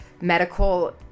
medical